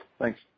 Thanks